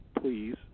please